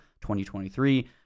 2023